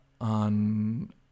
on